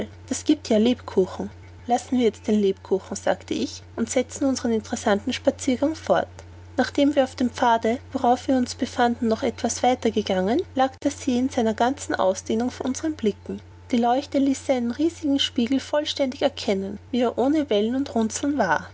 das giebt ja lebkuchen lassen wir jetzt den lebkuchen sagte ich und setzen unseren interessanten spaziergang fort nachdem wir auf dem pfade worauf wir uns befanden noch etwas weiter gegangen lag der see in seiner ganzen ausdehnung vor unseren blicken die leuchte ließ seinen riesigen spiegel vollständig erkennen wie er ohne wellen und runzeln war